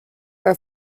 for